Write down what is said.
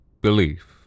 belief